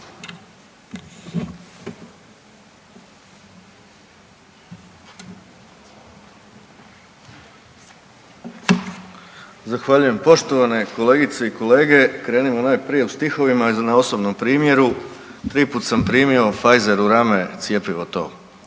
Zahvaljujem. Poštovane kolegice i kolege, krenimo najprije u stihovima na osobnom primjeru – tri puta sam primio Pfizer u rame cjepivo to.